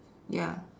ya